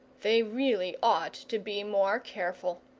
they really ought to be more careful.